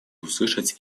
услышать